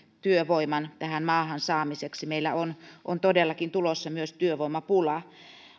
työvoiman tähän maahan saamiseksi meille on todellakin tulossa myös työvoimapula